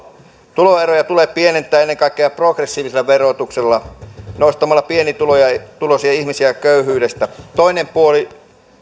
tuloeroja tulee pienentää ennen kaikkea progressiivisella verotuksella nostamalla pienituloisia ihmisiä köyhyydestä toinen puoli